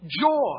joy